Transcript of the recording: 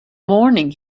morning